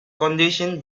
condition